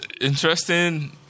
Interesting